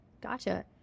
Gotcha